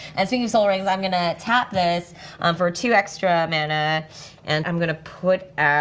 and speaking of sol rings, i'm gonna tap this um for two extra mana and i'm gonna put out